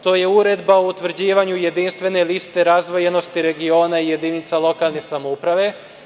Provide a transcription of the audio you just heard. To je Uredba o utvrđivanju jedinstvene liste razvoja razvijenosti regiona i jedinica lokalne samouprave.